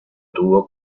tuvo